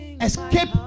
Escape